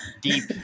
deep